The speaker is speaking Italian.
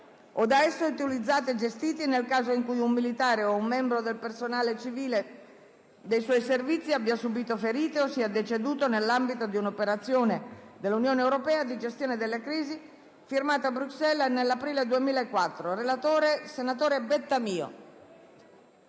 o da esso utilizzati o gestiti o nel caso in cui un militare o un membro del personale civile dei suoi servizi abbia subito ferite o sia deceduto nell'ambito di una operazione dell'Unione europea di gestione delle crisi. Esso è finalizzato ad